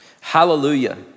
Hallelujah